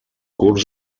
curs